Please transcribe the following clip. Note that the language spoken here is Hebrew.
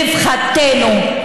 רווחתנו,